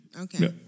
Okay